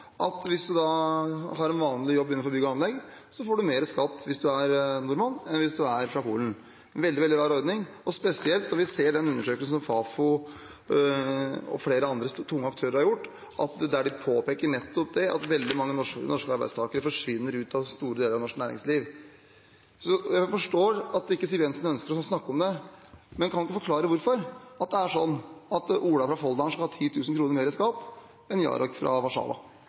at hvis man har en vanlig jobb innenfor bygg og anlegg, får man mer skatt hvis man er nordmann enn hvis man er fra Polen. Det er en veldig rar ordning, spesielt når vi ser den undersøkelsen som Fafo og flere andre tunge aktører har gjort, der de nettopp påpeker det at veldig mange norske arbeidstakere forsvinner ut av store deler av norsk næringsliv. Jeg forstår at Siv Jensen ikke ønsker å snakke om det, men kan hun ikke forklare hvorfor det er sånn at Ola fra Folldalen skal ha 10 000 kr mer i skatt enn Jarek fra Warszawa?